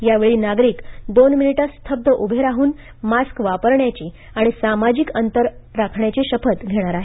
यावेळी नागरिक दोन मिनिटे स्तब्ध उभे राहून मास्क वापरण्याची आणि सामाजिक अंतर पाळण्याची शपथ घेतील